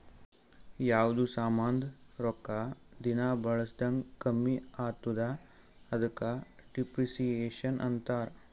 ಯಾವ್ದು ಸಾಮಾಂದ್ ರೊಕ್ಕಾ ದಿನಾ ಬಳುಸ್ದಂಗ್ ಕಮ್ಮಿ ಆತ್ತುದ ಅದುಕ ಡಿಪ್ರಿಸಿಯೇಷನ್ ಅಂತಾರ್